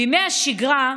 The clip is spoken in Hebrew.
בימי השגרה,